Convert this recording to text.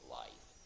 life